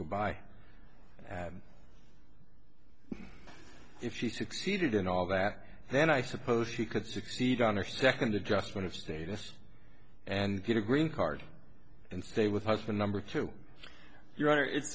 goodbye and if she succeeded in all that then i suppose she could succeed on her second adjustment of status and get a green card and stay with us the number two your honor it